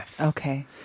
Okay